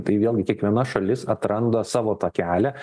tai vėlgi kiekviena šalis atranda savo tą kelią